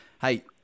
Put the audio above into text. hey